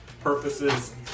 purposes